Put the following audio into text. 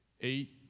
Eight